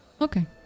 Okay